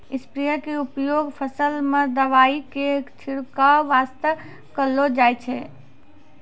sprayer के उपयोग फसल मॅ दवाई के छिड़काब वास्तॅ करलो जाय छै